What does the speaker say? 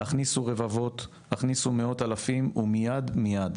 הכניסו רבבות, הכניסו מאות אלפים, ומיד מיד.